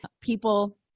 people